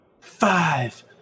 five